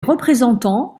représentants